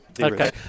Okay